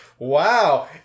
Wow